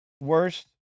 worst